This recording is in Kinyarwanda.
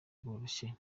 bworoshye